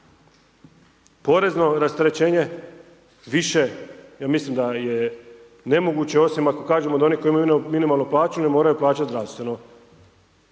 Porezno rasterećenje više, ja mislim da je nemoguće, osim ako kažemo da oni koji imaju minimalnu plaću ne moraju plaćati zdravstveno,